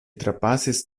trapasis